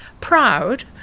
proud